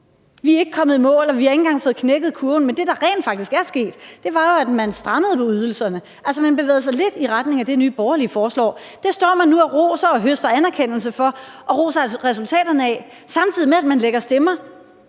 Vi er ikke kommet i mål, og vi har ikke engang fået knækket kurven. Men det, der rent faktisk er sket, er jo, at man strammede op på ydelserne, altså at man bevægede sig lidt i retning af det, Nye Borgerlige foreslår. Det står man nu og roser og høster anerkendelse for. Det roser man altså resultaterne af, samtidig med at man lægger stemmer